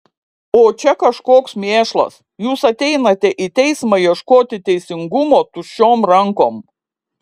o čia kažkoks mėšlas jūs ateinate į teismą ieškoti teisingumo tuščiom rankom